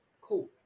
cool